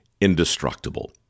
indestructible